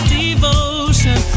devotion